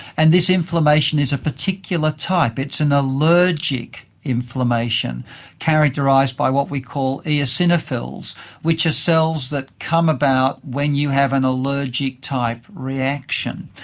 and this inflammation is a particular type, it's an allergic inflammation characterised by what we call eosinophils which are cells that come about when you have an allergic type reaction.